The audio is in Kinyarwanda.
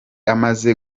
amaze